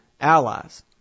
allies